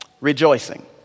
rejoicing